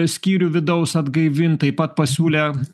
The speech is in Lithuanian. skyrių vidaus atgaivint taip pat pasiūlė